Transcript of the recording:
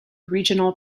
regional